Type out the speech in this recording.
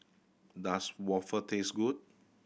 does waffle taste good